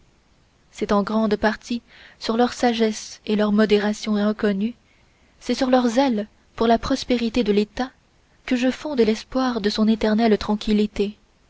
c'est en grande partie sur leur sagesse et leur modération reconnues c'est sur leur zèle pour la prospérité de l'état que je fonde l'espoir de son éternelle tranquillité